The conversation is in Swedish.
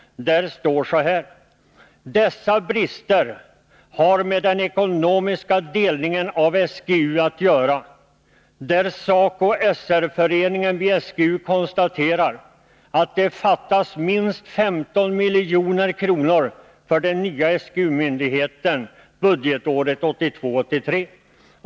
Där står så här: ”Dessa brister har med den ekonomiska delningen av SGU att göra, där SACO 83.